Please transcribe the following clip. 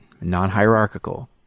non-hierarchical